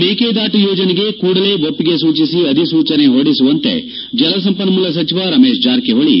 ಮೇಕೆದಾಟು ಯೋಜನೆಗೆ ಕೂಡಲೇ ಒಪ್ಪಿಗೆ ಸೂಚಿಸಿ ಅಧಿಸೂಚನೆ ಹೊರಡಿಸುವಂತೆ ಜಲಸಂಪನ್ನೂಲ ಸಚಿವ ರಮೇಶ್ ಜಾರಕಿಹೊಳಿ